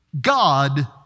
God